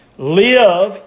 live